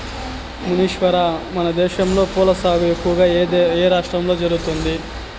మునీశ్వర, మనదేశంలో పూల సాగు ఎక్కువగా ఏ రాష్ట్రంలో జరుగుతుంది